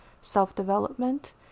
self-development